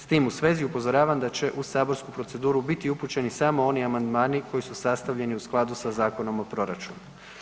S tim u svezi upozoravam da će u saborsku proceduru biti upućeni samo oni amandmani koji su sastavljeni u skladu sa Zakonom o proračunu.